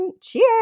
cheers